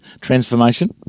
transformation